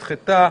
נדחתה.